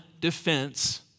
defense